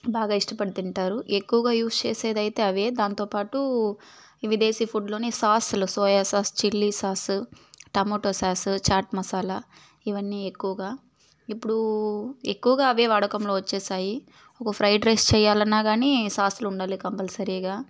బాగా ఇష్టపడి తింటారు ఎక్కువగా యూస్ చేసేదైతే అవే దాంతో పాటు ఈ విదేశీ ఫుడ్ లోని సాసులు soya sauce chilli sauce tomato sauce chaat masala ఇవన్నీ ఎక్కువగా ఇప్పుడు ఎక్కువగా అవే వాడకంలోకి వచ్చేసాయి ఒక ఫ్రైడ్ రైస్ చేయాలన్నా కానీ సాసులుండాలి కంపల్సరీగా